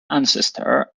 ancestor